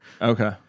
okay